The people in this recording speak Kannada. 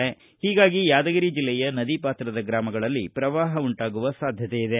ಿ ಹಿಂಗಾಗಿ ಯಾದಗಿರಿ ಜಿಲ್ಲೆಯ ನದಿ ಪಾತ್ರದ ಗ್ರಾಮಗಳಲ್ಲಿ ಪ್ರವಾಹ ಉಂಟಾಗುವ ಸಾಧ್ಯತೆ ಇದೆ